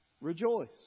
rejoice